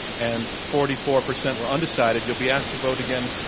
and forty four percent were undecided, you'll be asked to vote again